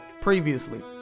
previously